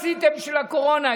מה עשיתם בשביל הקורונה?